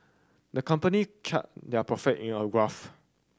the company charted their profit in a graph